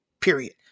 period